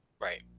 Right